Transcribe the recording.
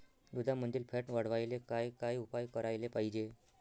दुधामंदील फॅट वाढवायले काय काय उपाय करायले पाहिजे?